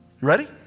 Ready